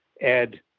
Ed